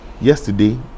yesterday